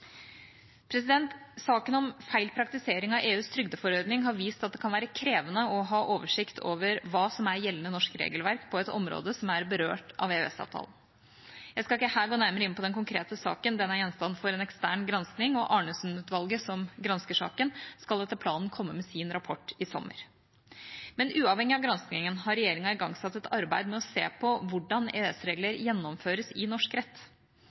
Saken om feil praktisering av EUs trygdeforordning har vist at det kan være krevende å ha oversikt over hva som er gjeldende norsk regelverk på et område som er berørt av EØS-avtalen. Jeg skal ikke her gå nærmere inn på den konkrete saken, da den er gjenstand for en ekstern granskning. Arnesen-utvalget, som gransker saken, skal etter planen komme med sin rapport i sommer. Men uavhengig av granskningen har regjeringa igangsatt et arbeid med å se på hvordan EØS-regler gjennomføres i norsk rett.